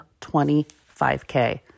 25K